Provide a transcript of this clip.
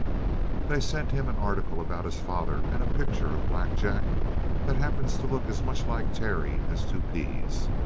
they sent him an article about his father and a picture of black jack that happens to look as much like terry as two peas.